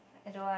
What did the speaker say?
I don't want